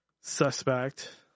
suspect